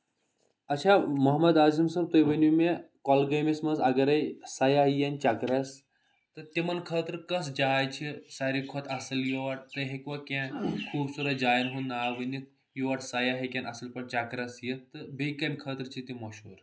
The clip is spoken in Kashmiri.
اچھا محمد عاضم صٲب تُہۍ ؤنِو مےٚ کۄلگٲمِس منٛز اگرے سیاح یِنۍ چکرس تہٕ تِمن خٲطرٕ کۄس جاے چھِ ساروی کھۄتہٕ اَصٕل یور تُہۍ ہیٚکوٕ کینٛہہ خوٗبصوٗرت جاین ہُنٛد ناو ؤنِتھ یور سیاہ ہیٚکن اَصٕل پٲٹھۍ چکرس یِتھ تہٕ بیٚیہِ کمہِ خٲطرٕ چھِ تِم مشہوٗر